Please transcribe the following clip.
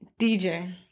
DJ